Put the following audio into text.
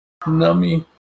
Nummy